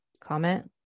comment